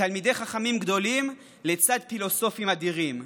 מתלמידי חכמים גדולים לצד פילוסופים אדירים.